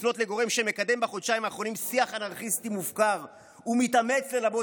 לפנות לגורם שמקדם בחודשיים האחרונים שיח אנרכיסטי מופקר ומתאמץ ללבות